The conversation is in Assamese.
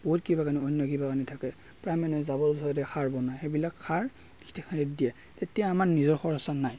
বহুত কিবা কানি অন্য কিবা কানি থাকে প্ৰায় মানুহে জাৱৰ জোঁথৰেদি সাৰ বনায় সেইবিলাক সাৰ হেৰিত দিয়ে তেতিয়া আমাৰ নিজৰ খৰচ নাই